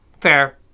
fair